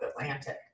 Atlantic